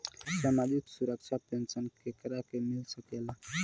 सामाजिक सुरक्षा पेंसन केकरा के मिल सकेला?